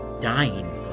dying